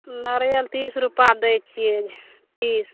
नारियल तीस रुपा दै छियै तीस